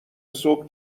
صبح